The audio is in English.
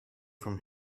from